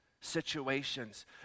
situations